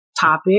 topic